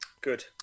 Good